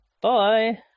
Bye